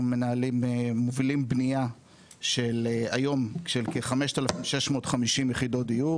אנחנו מנהלים מובילים בנייה של היום של כ-5,650 יחידות דיור